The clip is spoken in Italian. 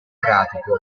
pratico